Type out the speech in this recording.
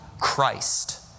Christ